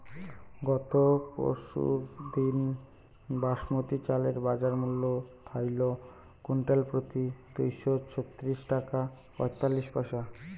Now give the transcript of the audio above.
গত পরশুদিন বাসমতি চালের বাজারমূল্য থাইল কুইন্টালপ্রতি দুইশো ছত্রিশ টাকা পঁয়তাল্লিশ পইসা